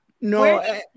No